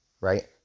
right